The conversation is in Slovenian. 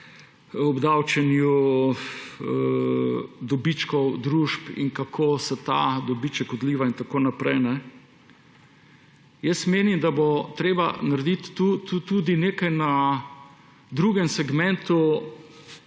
obdavčenju dobičkov družb in kako se ta dobiček odliva in tako naprej. Sam menim, da bo treba narediti tudi nekaj na drugem segmentu,